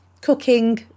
cooking